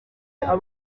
bya